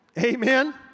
Amen